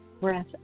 breath